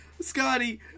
Scotty